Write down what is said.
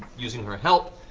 using her help,